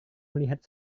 melihat